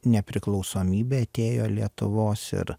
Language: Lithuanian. nepriklausomybė atėjo lietuvos ir